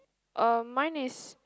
uh mine is